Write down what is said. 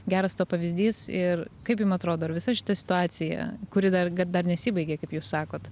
geras to pavyzdys ir kaip jum atrodo ar visa šita situacija kuri dar dar nesibaigė kaip jūs sakot